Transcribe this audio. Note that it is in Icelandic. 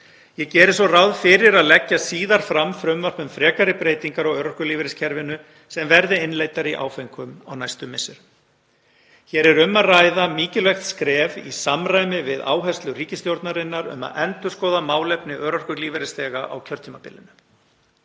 Ég geri svo ráð fyrir að leggja síðar fram frumvarp um frekari breytingar á örorkulífeyriskerfinu sem verði innleiddar í áföngum á næstu misserum. Hér er um að ræða mikilvæg skref í samræmi við áherslur ríkisstjórnarinnar um að endurskoða málefni örorkulífeyrisþega á kjörtímabilinu.